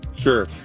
Sure